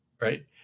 right